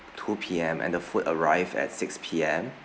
two P_M and the food arrived at six P_M